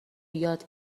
یاد